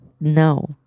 No